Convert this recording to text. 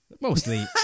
Mostly